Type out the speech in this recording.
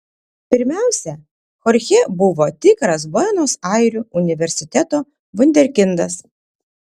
pirmiausia chorchė buvo tikras buenos airių universiteto vunderkindas